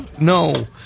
No